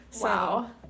Wow